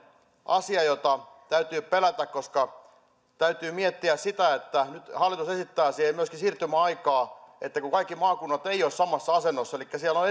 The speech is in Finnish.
asia jota täytyy pelätä koska täytyy miettiä että nyt hallitus esittää siihen myöskin siirtymäaikaa kun kaikki maakunnat eivät ole samassa asennossa elikkä siellä on